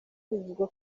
bivugwa